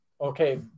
Okay